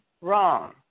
wrong